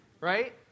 right